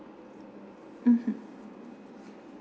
mmhmm